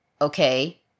okay